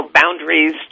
boundaries